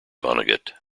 vonnegut